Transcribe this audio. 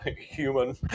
human